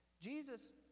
Jesus